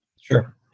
Sure